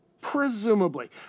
Presumably